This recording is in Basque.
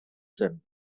zen